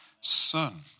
son